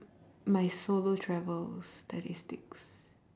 my solo travels statistics